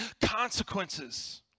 consequences